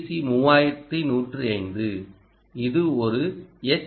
C 3105 இது ஒரு H